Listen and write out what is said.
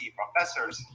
professors